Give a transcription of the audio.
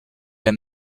der